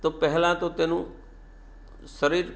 તો પહેલાં તો તેનું શરીર